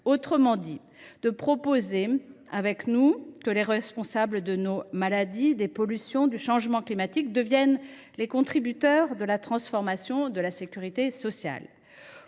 autrement dit, de proposer que les responsables de nos maladies, des pollutions ou encore du changement climatique deviennent les contributeurs de la transformation de la sécurité sociale.